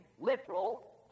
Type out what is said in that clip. literal